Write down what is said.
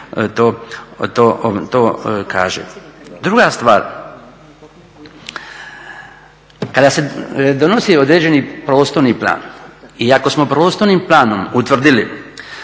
to kaže. Druga stvar, kada se donosi određeni prostorni plan i ako smo prostornim planom utvrdili